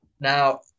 Now